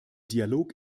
dialog